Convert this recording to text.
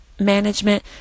management